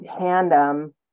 tandem